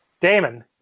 Damon